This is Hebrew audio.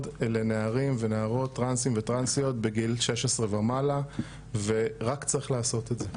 לנערים ונערות טרנסים וטרנסיות בגיל 16 ומעלה ורק צריך לעשות את זה.